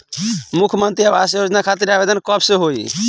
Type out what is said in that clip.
मुख्यमंत्री आवास योजना खातिर आवेदन कब से होई?